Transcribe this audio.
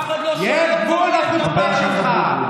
חבר הכנסת, יש גבול לחוצפה שלך.